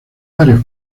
varios